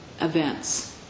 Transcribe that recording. events